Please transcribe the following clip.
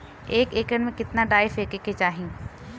एक एकड़ में कितना डाई फेके के चाही?